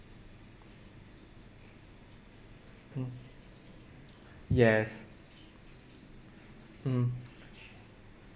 mm yes mm